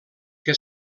que